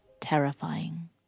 terrifying